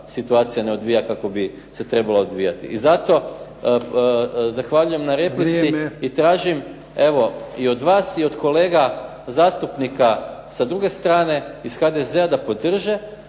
situacija ne odvija kako bi se trebala odvijati. I zato zahvaljujem na replici i tražim, evo i od vas i od kolega zastupnika sa druge strane iz HDZ-a da podrže